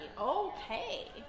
okay